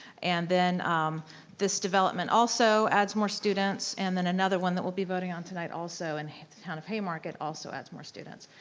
and then this development also adds more students and then another one that we'll be voting on tonight also in the town of haymarket also adds more students,